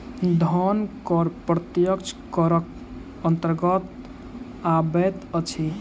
धन कर प्रत्यक्ष करक अन्तर्गत अबैत अछि